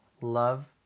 love